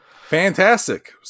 Fantastic